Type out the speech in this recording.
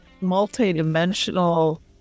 multi-dimensional